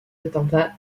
attentat